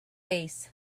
bass